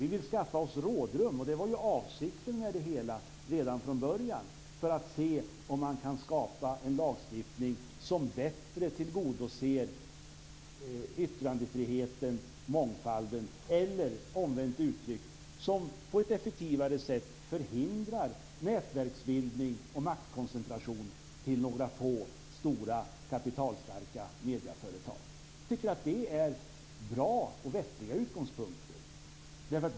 Vi vill skaffa oss rådrum, vilket ju var avsikten med det hela redan från början, för att se om man kan skapa en lagstiftning som bättre tillgodoser yttrandefriheten och mångfalden - eller omvänt uttryckt: som på ett effektivare sätt förhindrar nätverksbildning och maktkoncentration till några få stora, kapitalstarka medieföretag. Jag tycker att det är bra och vettiga utgångspunkter.